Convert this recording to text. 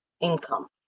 income